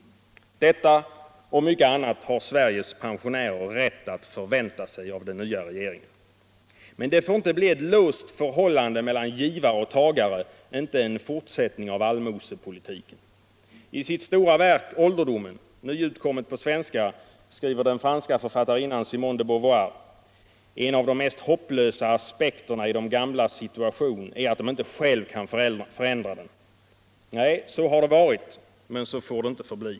Detta och mycket annat har Sveriges pensionärer rätt att förvänta sig av den nya regeringen. Men det får inte bli ett låst förhållande mellan givare och tagare, inte en fortsättning av allmosepolitiken. I sitt stora verk Ålderdomen — nyutkommen på svenska — skriver den franska författarinnan Simone de Beauvoir: ”En av de mest hopplösa aspekterna i de gamlas situation är att de inte själva kan förändra den.” Nej, så har det varit. men så får det inte förbli.